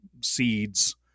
seeds